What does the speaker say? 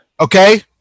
Okay